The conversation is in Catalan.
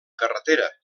carretera